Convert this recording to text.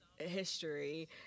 History